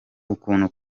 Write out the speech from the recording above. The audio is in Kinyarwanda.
ukuntu